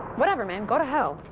whatever, man. go to hell.